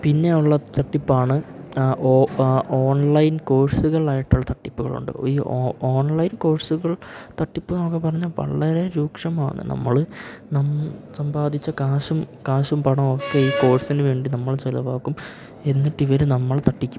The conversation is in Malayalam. പിന്നെ ഉള്ള തട്ടിപ്പാണ് ഓൺലൈൻ കോഴ്സുകളായിട്ടുള്ള തട്ടിപ്പുകളുണ്ട് ഈ ഓ ഓൺലൈൻ കോഴ്സുകൾ തട്ടിപ്പ് എന്നൊക്കെ പറഞ്ഞു കഴിഞ്ഞാൽ വളരെ രൂക്ഷമാണ് നമ്മള് നാം സമ്പാദിച്ച കാശും കാശും പണവും ഒക്കെ ഈ കോഴ്സിന് വേണ്ടി നമ്മൾ ചിലവാക്കും എന്നിട്ടിവര് നമ്മൾ തട്ടിക്കും